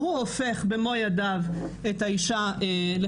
ואז אומרים להן אנחנו דוחים את הבקשה על